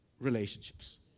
relationships